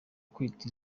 kwita